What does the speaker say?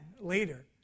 later